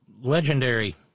Legendary